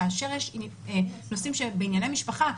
כאשר יש נושאים שהם בענייני משפחה,